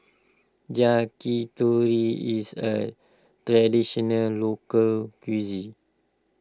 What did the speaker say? Yakitori is a Traditional Local Cuisine